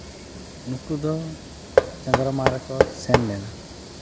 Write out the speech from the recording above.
ᱱᱩᱠᱩ ᱫᱚ ᱪᱚᱱᱫᱨᱚᱢᱟ ᱨᱮᱠᱚ ᱥᱮᱱ ᱞᱮᱱᱟ